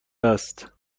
است